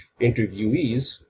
interviewees